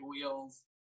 wheels